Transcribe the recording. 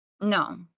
No